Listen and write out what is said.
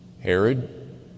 Herod